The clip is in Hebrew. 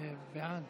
בעד